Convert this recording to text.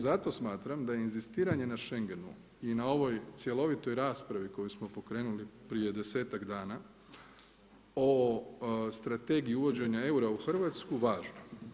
Zato smatram da je inzistiranje na Schengenu i na ovoj cjelovitoj raspravi koju smo pokrenuli prije desetak dana o strategiji uvođenja eura u Hrvatsku važno.